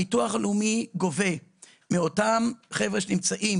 הביטוח הלאומי גובה מאותם חבר'ה שנמצאים